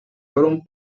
fueron